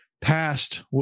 past